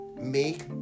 make